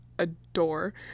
adore